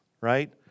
right